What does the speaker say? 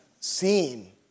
seen